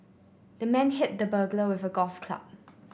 the man hit the burglar with a golf club